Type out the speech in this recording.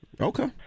Okay